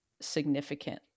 significant